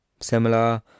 similar